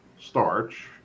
starch